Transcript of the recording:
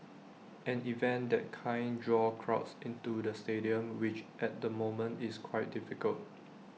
an event that kind draw crowds into the stadium which at the moment is quite difficult